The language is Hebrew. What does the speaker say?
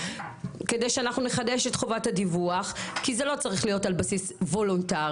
כדי שאנחנו נחדש את חובת הדיווח כי זה לא צריך להיות על בסיס וולונטרי.